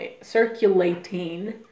circulating